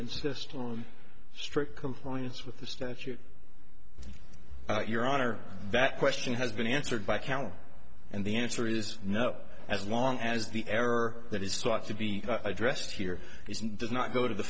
insist on strict compliance with the statute your honor that question has been answered by counsel and the answer is no as long as the error that is sought to be addressed here isn't does not go to the